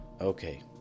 Okay